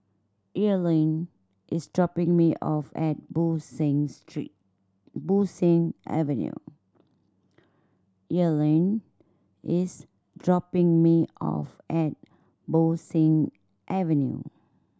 Earlene is dropping me off at Bo Seng Street Bo Seng Avenue Earlene is dropping me off at Bo Seng Avenue